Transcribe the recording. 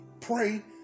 Pray